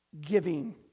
giving